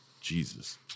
Jesus